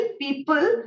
people